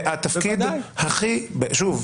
שוב,